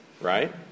right